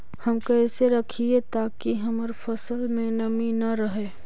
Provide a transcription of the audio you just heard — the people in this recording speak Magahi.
हम कैसे रखिये ताकी हमर फ़सल में नमी न रहै?